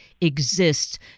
exists